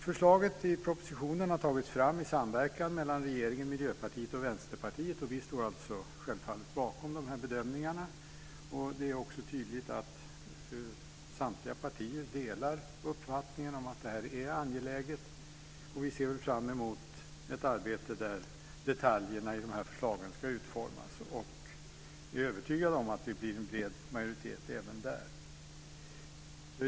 Förslaget i propositionen har tagits fram i samverkan mellan regeringen, Miljöpartiet och Vänsterpartiet, och vi står självfallet bakom de här bedömningarna. Det är också tydligt att samtliga partier delar uppfattningen att det här är angeläget, och vi ser fram mot ett arbete där detaljerna i förslagen ska utformas. Jag är övertygad om att det blir en bred majoritet även där.